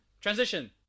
Transition